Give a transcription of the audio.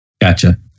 Gotcha